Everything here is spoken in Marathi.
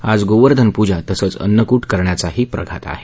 आज गोवर्धन पूजा तसंच अन्नकूट करण्याचाही प्रघात आहे